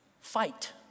fight